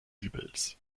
übels